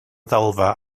ddalfa